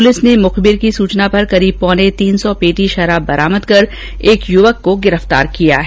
police ने मुखबिर की सूचना पर करीब पौने तीन सौ पेटी शराब बरामद कर एक युवक को गिरफ्तार किया है